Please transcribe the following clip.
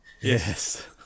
Yes